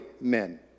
men